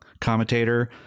commentator